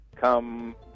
come